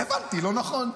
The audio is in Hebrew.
שהבנתי לא נכון.